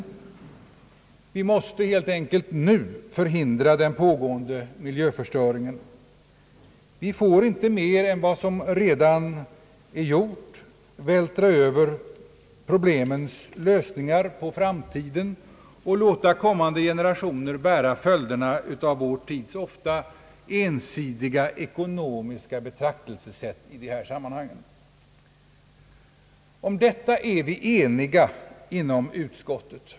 Vi måste helt enkelt nu förhindra den pågående miljöförstöringen. Vi får inte mer än vad som redan gjorts vältra över problemen på framtiden och låta kommande generationer bära följderna av vår tids ofta ensidiga ekonomiska betraktelsesätt i dessa sammanhang. Om detta är vi eniga inom utskottet.